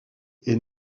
est